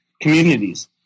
communities